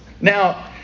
Now